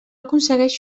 aconsegueix